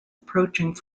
approaching